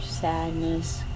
sadness